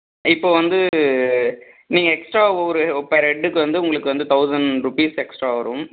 இப்போ வந்து நீங்கள் எக்ஸ்ட்டா ஒரு பர் ஹெட்டுக்கு வந்து உங்களுக்கு வந்து தௌசண்ட் ருப்பீஸ் எக்ஸ்ட்டா வரும்